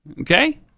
Okay